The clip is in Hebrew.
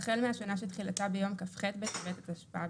החל מהשנה שתחילתה ביום כ"ח בטבת התשפ"ב,